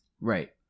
right